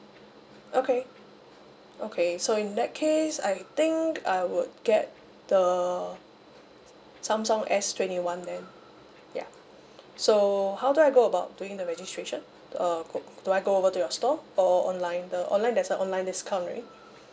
okay okay so in that case I think I would get the samsung S twenty one then ya so how do I go about doing the registration uh do I go over to your store or online the online there's a online discount right